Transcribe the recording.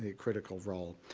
ah critical role.